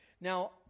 Now